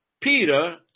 Peter